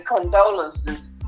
condolences